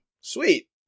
Sweet